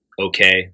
okay